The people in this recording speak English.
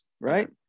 right